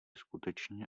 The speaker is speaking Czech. skutečně